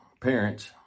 parents